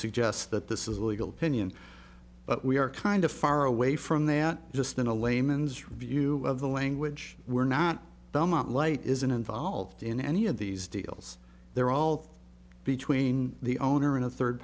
suggest that this is a legal opinion but we are kind of far away from that just in a layman's view of the language we're not don't want light isn't involved in any of these deals they're all between the owner and a third